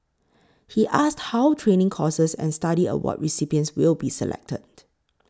he asked how training courses and study award recipients will be selected